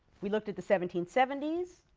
we looked at the seventeen seventy s,